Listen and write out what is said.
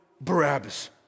Barabbas